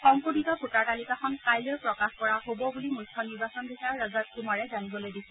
সংশোধিত ভোটাৰ তালিকাখন কাইলৈ প্ৰকাশ কৰা হ'ব বুলি মুখ্য নিৰ্বাচন বিষয়া ৰজত কুমাৰে জানিবলৈ দিছে